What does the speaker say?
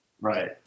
right